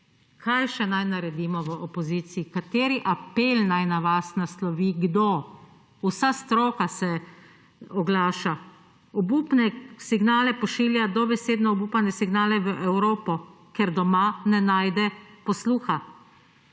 kaj še naj naredimo v opoziciji. Kateri apel naj na vas naslovi – kdo? Vsa stroka se oglaša, obupane signale pošilja, dobesedno obupane signale v Evropo, ker doma ne najde posluha.